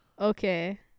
Okay